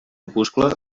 opuscle